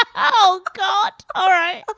oh, god. all right.